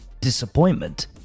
disappointment